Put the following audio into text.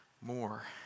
more